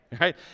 right